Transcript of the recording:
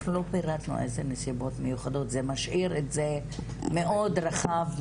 אנחנו לא פירטנו איזה נסיבות מיוחדות וזה משאיר את זה מאוד רחב,